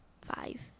Five